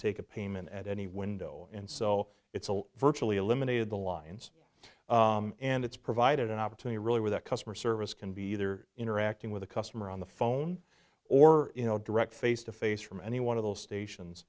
take a payment at any window and so it's all virtually eliminated the lines and it's provided an opportunity really where that customer service can be either interacting with the customer on the phone or direct face to face from any one of those stations